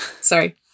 sorry